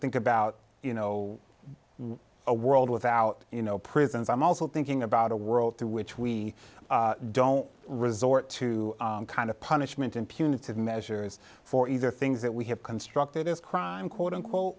think about you know a world without you know prisons i'm also thinking about a world to which we don't resort to kind of punishment in punitive measures for either things that we have constructed as crime quote unquote